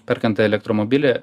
perkant elektromobilį